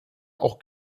auch